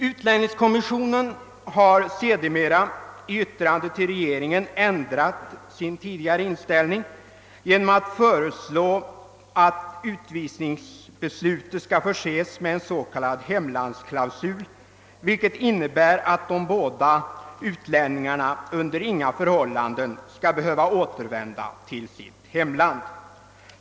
Utlänningskommissionen har sedermera i yttrande till regeringen ändrat sin tidigare inställning genom att föreslå att utvisningsbeslutet skall förses med hemlandsklausul, vilket innebär att de båda egyptierna under inga förhållanden behöver återvända till sitt hemland.